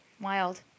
Wild